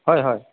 হয় হয়